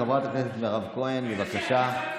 חברת הכנסת מירב כהן, בבקשה.